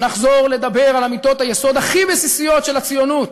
נחזור לדבר על אמיתות היסוד הכי בסיסיות של הציונות,